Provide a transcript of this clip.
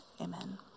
Amen